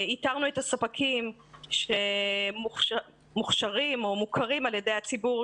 איתרנו את הספקים שמוכרים על ידי הציבור,